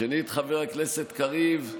שנית, חבר הכנסת קריב,